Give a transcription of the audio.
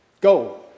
go